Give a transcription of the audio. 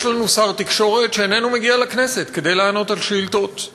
יש לנו שר תקשורת שאיננו מגיע לכנסת כדי לענות על שאילתות,